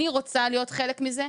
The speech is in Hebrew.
אני רוצה להיות חלק מזה.